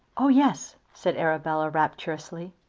oh yes, said arabella, rapturously.